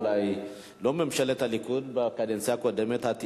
אולי לא ממשלת הליכוד בקדנציה הקודמת,